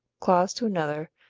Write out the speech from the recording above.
claws to another,